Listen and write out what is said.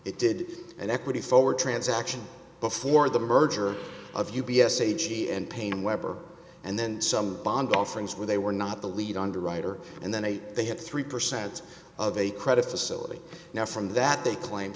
it did an equity forward transaction before the merger of u b s a g and paine webber and then some bond offerings where they were not the lead underwriter and then they had three percent of a credit facility now from that they claim